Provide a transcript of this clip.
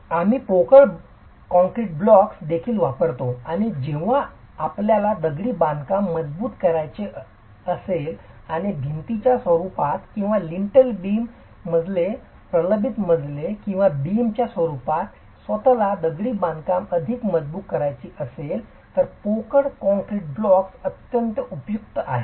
आम्ही पोकळ concrete blocks देखील वापरतो आणि जेव्हा आपल्याला दगडी बांधकाम मजबुत करायचे असेल किंवा भिंतींच्या स्वरूपात किंवा लिन्टल बीम मजले प्रबलित मजले किंवा बीमच्या स्वरूपात स्वत ला दगडी बांधकाम अधिक मजबूत करायची असेल तर पोकळ कॉंक्रीट ब्लॉक्स अत्यंत उपयुक्त आहेत